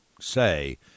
say